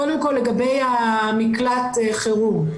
קודם כל לגבי מקלט החירום,